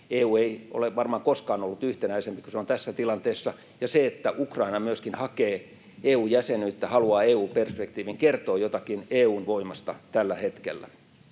EU ei ole varmaan koskaan ollut yhtenäisempi kuin se on tässä tilanteessa, ja se, että Ukraina myöskin hakee EU:n jäsenyyttä ja haluaa EU-perspektiiviin, kertoo jotakin EU:n voimasta tällä hetkellä.